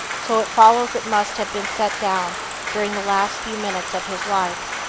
so it follows it must have been set down during the last few minutes of his life.